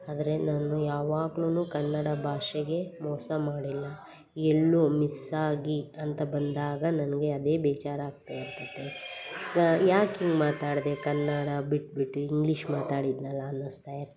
ಆದರೆ ನಾನು ಯಾವಾಗ್ಲೂ ಕನ್ನಡ ಭಾಷೆಗೆ ಮೋಸ ಮಾಡಿಲ್ಲ ಎಲ್ಲೂ ಮಿಸ್ ಆಗಿ ಅಂತ ಬಂದಾಗ ನನಗೆ ಅದೇ ಬೇಜಾರು ಯಾಕೆ ಹಿಂಗೆ ಮಾತಾಡಿದೆ ಕನ್ನಡ ಬಿಟ್ಬಿಟ್ಟಿ ಇಂಗ್ಲೀಷ್ ಮಾತಾಡಿದೆನಲ್ಲ ಅನ್ನಿಸ್ತಾ ಇರ್ತೈತೆ